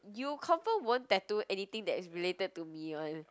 you confirm won't tattoo anything that is related to me [one]